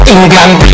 England